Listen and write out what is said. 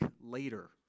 later